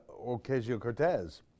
Ocasio-Cortez